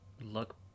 look